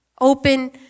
open